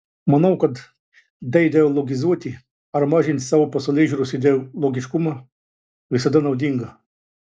manau kad deideologizuoti ar mažinti savo pasaulėžiūros ideologiškumą visada naudinga